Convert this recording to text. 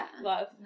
love